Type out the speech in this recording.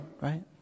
right